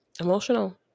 emotional